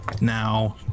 now